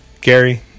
Gary